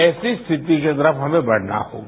ऐसी स्थिति के तरफ हमें बढ़ना होगा